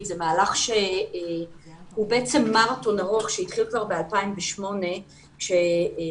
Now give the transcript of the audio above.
זה מהלך שהוא בעצם מרתון ארוך שהתחיל כבר ב-2008 כשמשרד